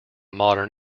modern